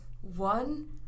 One